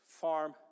farm